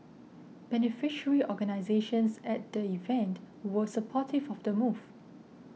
beneficiary organisations at the event were supportive of the move